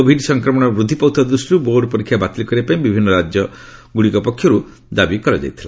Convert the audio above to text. Covid ସଂକ୍ରମଣ ବୃଦ୍ଧି ପାଉଥିବା ଦୃଷ୍ଟିରୁ ବୋର୍ଡ ପରୀକ୍ଷା ବାତିଲ କରିବା ପାଇଁ ବିଭିନ୍ନ ରାଜ୍ୟ ପକ୍ଷରୁ ଦାବି କରାଯାଇଥିଲା